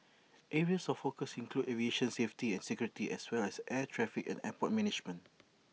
areas of focus include aviation safety and security as well as air traffic and airport management